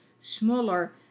smaller